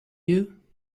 you